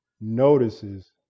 notices